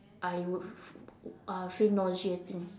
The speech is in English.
I would f~ uh feel nauseating